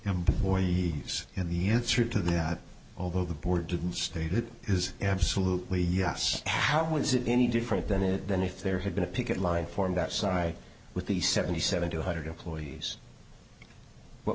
employees and the answer to that although the board didn't state it is absolutely yes how is it any different than it than if there had been a picket line form that side with the seventy seven two hundred employees